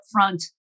upfront